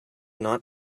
not